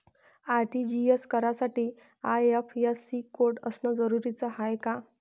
RTGS करासाठी IFSC code असनं जरुरीच हाय का?